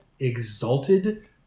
exalted